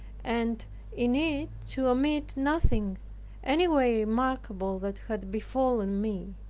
and in it to omit nothing anyway remarkable that had befallen me.